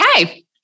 okay